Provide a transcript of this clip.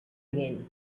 again